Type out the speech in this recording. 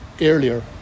earlier